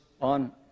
on